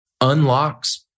unlocks